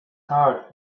heart